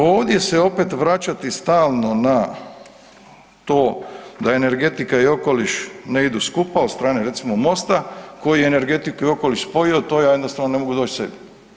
Ovdje se opet vraćati stalno na to da energetika i okoliš ne idu skupa, od strane recimo Mosta, koji je energetiku i okoliš spojio, to ja jednostavno ne mogu doć k sebi.